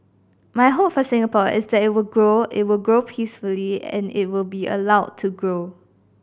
my hope for Singapore is that it will grow it will grow peacefully and it will be allowed to grow